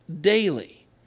daily